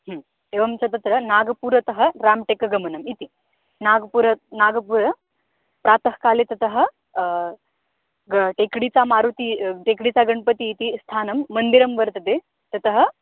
एवं च तत्र नागपूरतः राम्टेकगमनम् इति नाग्पुरं नगपुरं प्रातःकाले ततः ग टेक्डिता मारुतिः टेक्डिता गणपतिः इति स्थानं मन्दिरं वर्तते ततः